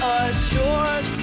assured